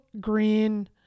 green